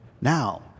now